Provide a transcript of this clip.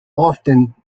often